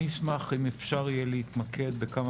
אני אשמח אם אפשר יהיה להתמקד בכמה